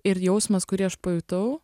ir jausmas kurį aš pajutau